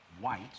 white